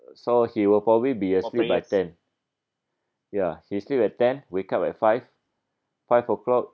so he will probably be asleep by ten ya he sleep at ten wake up at five five o'clock